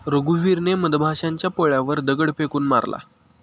रघुवीरने मधमाशांच्या पोळ्यावर दगड फेकून मारला